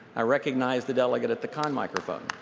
i recognize the delegate at the con microphone.